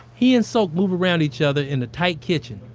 he and sok move around each other in a tight kitchen,